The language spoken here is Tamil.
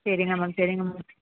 சரிங்க மேம் சரிங்க மேம்